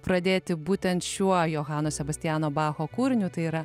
pradėti būtent šiuo johano sebastiano bacho kūriniu tai yra